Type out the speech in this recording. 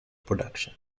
production